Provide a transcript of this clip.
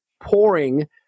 pouring